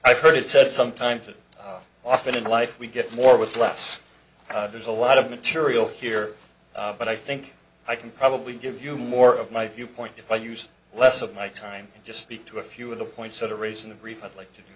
i've heard it said sometimes often in life we get more with less there's a lot of material here but i think i can probably give you more of my viewpoint if i use less of my time and just speak to a few of the points that are raised in the brief i'd like to